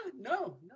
No